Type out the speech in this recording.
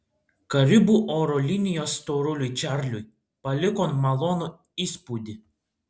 karibų oro linijos storuliui čarliui paliko malonų įspūdį